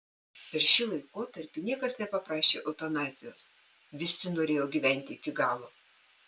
per šį laikotarpį niekas nepaprašė eutanazijos visi norėjo gyventi iki galo